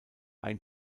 ein